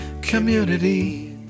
community